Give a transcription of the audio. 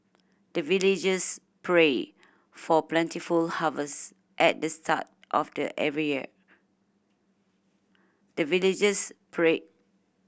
the villagers pray for plentiful harvest at the start of the every year the villagers pray